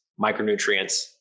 micronutrients